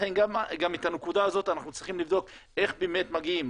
לכן גם את הנקודה הזאת אנחנו צריכים לבדוק איך באמת מגיעים.